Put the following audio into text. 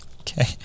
Okay